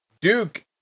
Duke